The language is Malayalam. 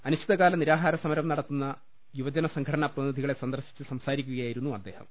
അനിശ്ചിതകാല നിരാഹരം നടത്തുന്ന യുവജന സംഘടനാപ്രതിനിധികളെ സന്ദർശിച്ച് സംസാ രിക്കുകയായിരുന്നു അദ്ദേഹം